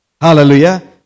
Hallelujah